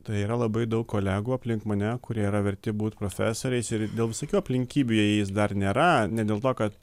tai yra labai daug kolegų aplink mane kurie yra verti būt profesoriais ir dėl visokių aplinkybių jie jais dar nėra ne dėl to kad